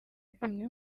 bimwe